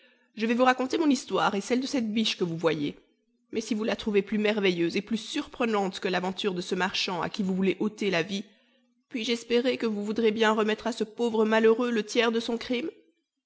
je vais vous raconter mon histoire et celle de cette biche que vous voyez mais si vous la trouvez plus merveilleuse et plus surprenante que l'aventure de ce marchand à qui vous voulez ôter la vie puis-je espérer que vous voudrez bien remettre à ce pauvre malheureux le tiers de son crime